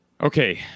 Okay